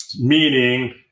Meaning